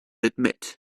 admit